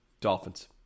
Dolphins